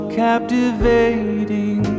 captivating